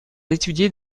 étudiée